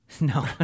No